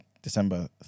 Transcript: December